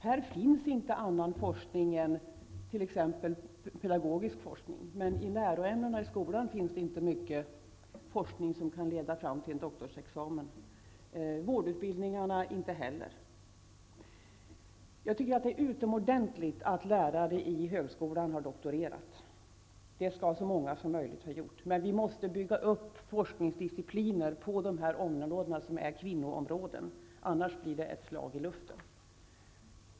Här förekommer inte någon annan forskning än pedagogisk forskning, men när det gäller läroämnena i skolan finns det inte mycket forskning som kan leda fram till en doktorsexamen och detsamma gäller för vårdutbildningarna. Det är utomordentligt att lärare inom högskolan har doktorerat. Det bör så många som möjligt ha gjort. Men vi måste bygga upp forskningsdiscipliner på dessa områden, som i stor utsträckning är kvinnoområden. I annat fall blir detta bara ett slag i luften.